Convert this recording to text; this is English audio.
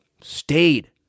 stayed